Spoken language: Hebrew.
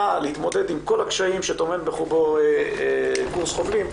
להתמודד עם כל הקשיים שטומן בחובו קורס חובלים,